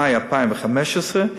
מאי 2015,